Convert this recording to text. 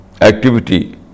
activity